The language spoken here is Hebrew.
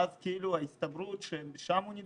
ואז ההסתברות ששם הוא נדבק?